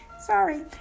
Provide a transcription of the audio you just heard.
sorry